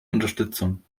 unterstützung